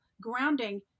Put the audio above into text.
grounding